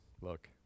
Look